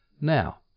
Now